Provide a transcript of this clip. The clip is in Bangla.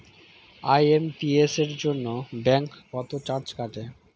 আই.এম.পি.এস এর জন্য ব্যাংক কত চার্জ কাটে?